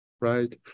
right